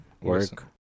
Work